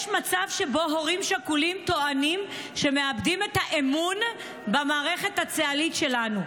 יש מצב שבו הורים שכולים טוענים שמאבדים את האמון במערכת הצה"לית שלנו.